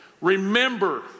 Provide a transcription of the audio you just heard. remember